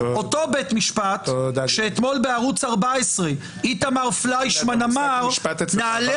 אותו בית משפט שאתמול בערוץ 14 איתמר פליישמן אמר: נעלה